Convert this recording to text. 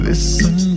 Listen